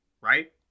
Right